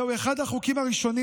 זהו אחד החוקים הראשונים,